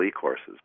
courses